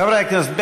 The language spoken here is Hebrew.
חברי הכנסת,